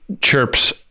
chirps